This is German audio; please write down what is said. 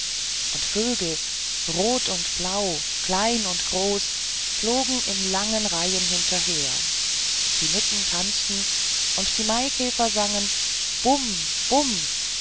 und vögel rot und blau klein und groß flogen in langen reihen hinterher die mücken tanzten und die maikäfer sagten bum bum